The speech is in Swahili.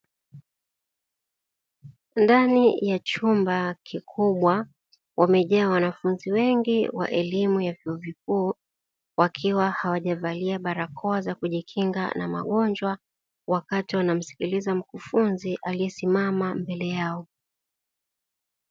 Ndani ya chumba kikubwa wamejaa wanafunzi wengi wa elimu ya vyuo vikuu, wakiwa hawajavalia barakoa za kujikinga na magonjwa wakati wanamsikiliza mkufunzi aliyesimama mbele yao.